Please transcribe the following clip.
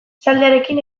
esaldiarekin